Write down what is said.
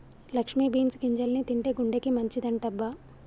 Lakshmi beans గింజల్ని తింటే గుండెకి మంచిదంటబ్బ